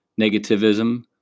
negativism